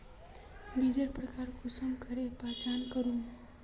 बीजेर प्रकार कुंसम करे पहचान करूम?